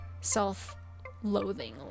self-loathing